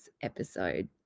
episode